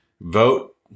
vote